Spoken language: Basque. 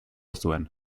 zuen